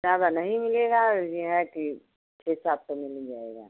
ज़्यादा नहीं मिलेगा यह है कि हिसाब से मिल ही जाएगा